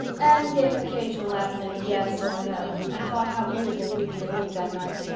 anne gave an occasional absent yes or no, and thought how beautiful ruby had looked that night,